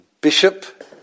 bishop